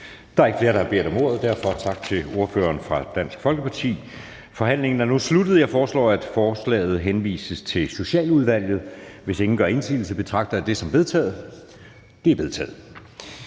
Der er ikke flere, der har bedt om ordet. Derfor tak til ordføreren fra Dansk Folkeparti. Forhandlingen er nu sluttet. Jeg foreslår, at forslaget til folketingsbeslutning henvises til Socialudvalget. Hvis ingen gør indsigelse, betragter jeg det som vedtaget. Det er vedtaget.